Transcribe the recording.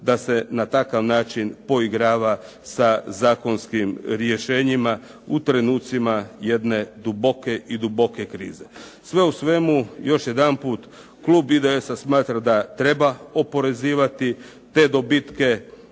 da se na takav način poigrava sa zakonskim rješenjima, u trenucima jedne duboke i duboke krize. Sve u svemu, još jedanput klub IDS-a smatra da treba oporezivati te dobitke